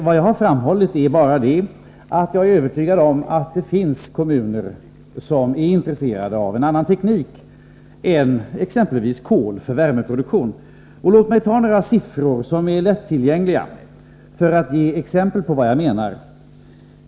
Vad jag framhållit är bara att jag är övertygad om att det finns kommuner som är intresserade av en annan teknik än exempelvis kolanläggningar för värmeproduktion. Låt mig nämna några siffror för att visa vad jag menar.